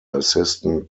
assistant